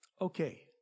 okay